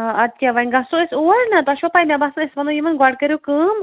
آ اَدٕ کیٛاہ وۅنۍ گژھو أسۍ اور نا تۄہہِ چھو پَے مےٚ باسان أسۍ وَنو یِمَن گۄڈٕ کٔرِو کٲم